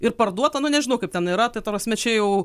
ir parduota nu nežinau kaip ten yra tai ta prasme čia jau